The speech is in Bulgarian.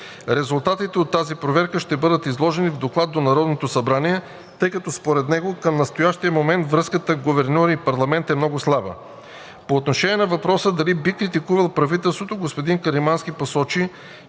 Резултатите от тази проверка ще бъдат изложени в доклад до Народното събрание, тъй като според него към настоящия момент връзката гуверньор и парламент е много слаба. По отношение на въпроса дали би критикувал правителството, господин Каримански посочи,